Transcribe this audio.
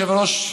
אדוני היושב-ראש,